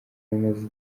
yamaze